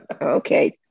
Okay